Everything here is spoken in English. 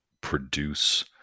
produce